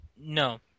No